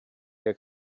der